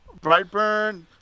Brightburn